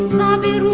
naomi